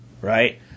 right